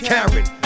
Karen